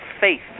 faith